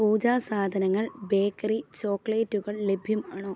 പൂജാ സാധനങ്ങൾ ബേക്കറി ചോക്ലേറ്റുകൾ ലഭ്യമാണോ